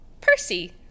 Percy